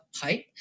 pipe